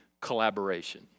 collaboration